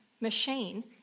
machine